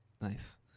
Nice